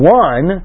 one